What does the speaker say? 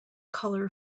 colour